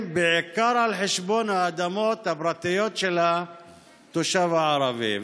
בעיקר על חשבון האדמות הפרטיות של התושב הערבי.